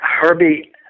Herbie